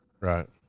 right